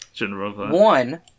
One